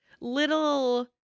little